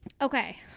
Okay